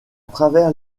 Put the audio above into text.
travers